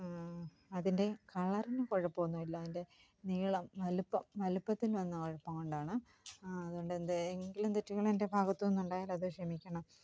അതിൻ്റെ കളറിന് കുഴപ്പമൊന്നുമില്ല അതിൻ്റെ നീളം വലുപ്പം വലുപ്പത്തിൽ വന്ന കുഴപ്പം കൊണ്ടാണ് അതുകൊണ്ടെന്തെങ്കിലും തെറ്റുകൾ എൻ്റെ ഭാഗത്തുനിന്ന് ഉണ്ടായാൽ അത് ക്ഷമിക്കണം